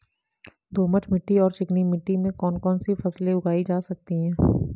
दोमट मिट्टी और चिकनी मिट्टी में कौन कौन सी फसलें उगाई जा सकती हैं?